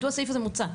מדוע הסעיף הזה מוצע?